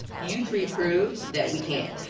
you three proved that we can.